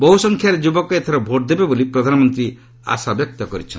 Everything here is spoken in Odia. ବହୁ ସଂଖ୍ୟାରେ ଯୁବକ ଏଥର ଭୋଟ୍ ଦେବେ ବୋଲି ପ୍ରଧାନମନ୍ତ୍ରୀ ଆଶାବ୍ୟକ୍ତ କରିଛନ୍ତି